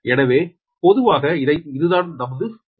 எனவே பொதுவாக இதைத்தான் நமது நோக்கம்